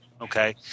Okay